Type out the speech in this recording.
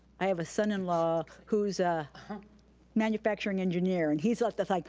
i have a son-in-law who's a manufacturing engineer. and he's like just like,